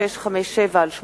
חובת נסיגה לאנשי